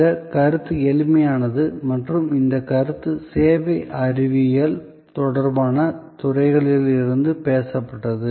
இந்த கருத்து எளிமையானது மற்றும் இந்த கருத்து சேவை அறிவியல் தொடர்பான துறைகளில் இருந்து பேசப்பட்டது